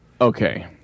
Okay